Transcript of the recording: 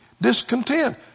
discontent